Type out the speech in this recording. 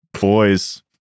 Boys